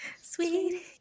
Sweet